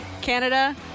canada